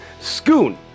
Scoon